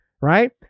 right